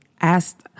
asked